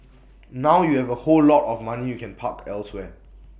now you have A whole lot of money you can park elsewhere